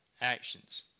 actions